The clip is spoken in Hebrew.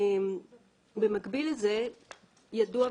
במקביל לזה ידוע,